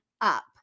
up